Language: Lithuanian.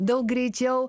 daug greičiau